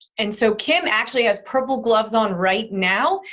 and so kim actually has purple gloves on right now,